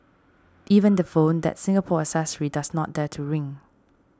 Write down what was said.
even the phone that Singapore accessory does not dare to ring